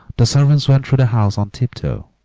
the servants went through the house on tiptoe.